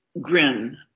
grin